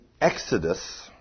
Exodus